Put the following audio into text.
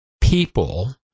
People